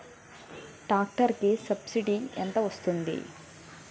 Tractor కి subsidy ఎంత వస్తుంది?